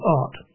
art